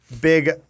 big